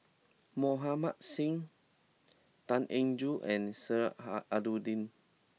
Mohan Singh Tan Eng Joo and Sheik Alau'ddin